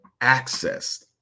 accessed